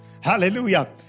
Hallelujah